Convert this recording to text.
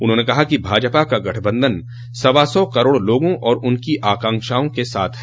उन्होंने कहा कि भाजपा का गठबंधन सवा सौ करोड़ लोगों और उनकी आकांक्षाओं के साथ है